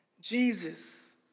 Jesus